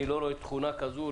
אני לא רואה תכונה כזו.